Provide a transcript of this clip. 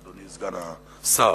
אדוני סגן השר,